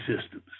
systems